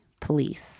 police